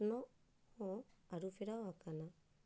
ᱚᱛᱱᱚᱜ ᱦᱚ ᱟᱹᱨᱩ ᱯᱷᱮᱨᱟᱣ ᱟᱠᱟᱱᱟ